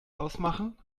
ausmachen